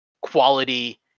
quality